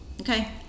okay